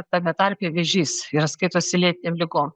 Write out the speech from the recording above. tame tarpe vėžys yra skaitosi lėtinėm ligom